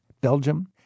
Belgium